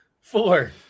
four